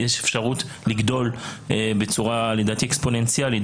יש אפשרות לגדול בצורה אקספוננציאלית,